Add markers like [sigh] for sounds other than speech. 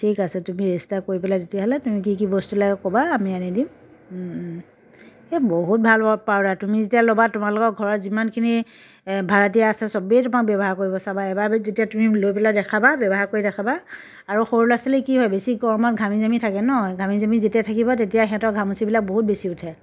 ঠিক আছে তুমি ৰেইষ্টাৰ কৰি পেলাই তেতিয়াহ'লে তুমি কি কি বস্তু লাগে ক'বা আমি আনি দিম এই বহুত ভাল পাবা পাউডাৰটো তুমি যেতিয়া ল'বা তোমালোকৰ ঘৰৰ যিমানখিনি এই ভাড়া দিয়া আছে চবেই তোমাৰ ব্যৱহাৰ কৰিব চাবা এবাৰ [unintelligible] যেতিয়া তুমি লৈ পেলাই দেখাবা ব্যৱহাৰ কৰি দেখাবা আৰু সৰু ল'ৰা ছোৱালী কি হয় বেছি গৰমত ঘামি জামি থাকে ন ঘামি জামি যেতিয়া থাকিব তেতিয়া হেঁতক ঘামচিবিলাক বহুত বেছি উঠে